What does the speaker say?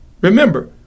Remember